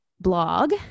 blog